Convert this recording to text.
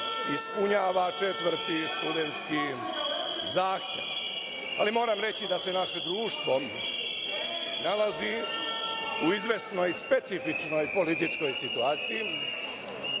ispunjava četvrti studentski zahtev. Ali, moram reći da se naše društvo nalazi u izvesnoj specifičnoj političkoj situaciji,